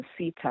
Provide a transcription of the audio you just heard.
CETA